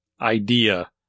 idea